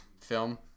film